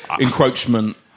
Encroachment